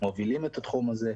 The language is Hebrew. --- מובילים את התחום הזה,